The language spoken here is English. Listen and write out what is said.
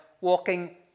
walking